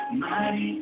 mighty